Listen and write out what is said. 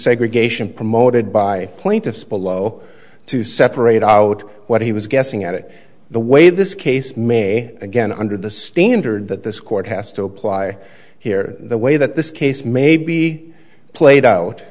segregation promoted by plaintiffs below to separate out what he was guessing at it the way this case may again under the standard that this court has to apply here the way that this case may be played out